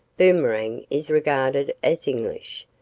boomerang is regarded as english,